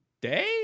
day